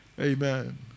Amen